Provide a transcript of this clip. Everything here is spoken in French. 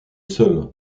seul